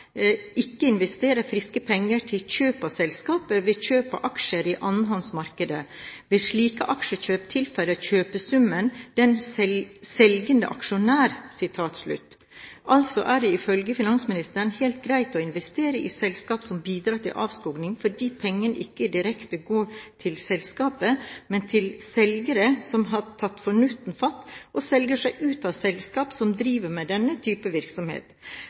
selskapet ved kjøp av aksjer i annenhåndsmarkedet. Ved slike aksjekjøp tilfaller kjøpesummen den selgende aksjonær». Det er altså ifølge finansministeren helt greit å investere i selskap som bidrar til avskoging, fordi pengene ikke går direkte til selskapet, men til selgere – som har tatt fornuften fatt og selger seg ut av selskap som driver med denne type virksomhet.